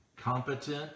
competent